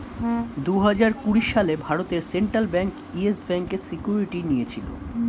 দুহাজার কুড়ি সালে ভারতের সেন্ট্রাল ব্যাঙ্ক ইয়েস ব্যাঙ্কের সিকিউরিটি নিয়েছিল